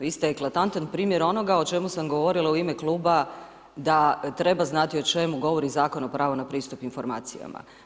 Vi ste eklatantan primjer onoga o čemu sam govorila u ime kluba, da treba znati o čemu govori Zakon o pravo na pristup informacijama.